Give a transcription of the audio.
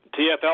TFL